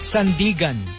Sandigan